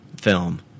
film